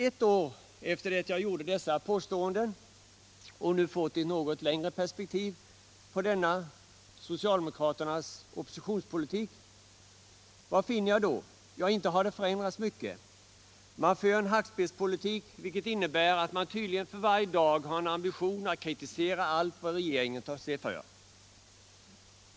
Ett år efter det jag gjorde dessa påståenden och sedan jag nu fått ett något längre perspektiv på denna socialdemokraternas oppositionspolitik, vad finner jag då? Ja, inte har det förändrats mycket. Man för en ”hackspettspolitik”, vilket innebär att man tydligen för varje dag har en ambition att kritisera allt vad regeringen tar sig för.